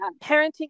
parenting